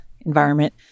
environment